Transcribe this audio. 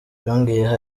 yongeyeho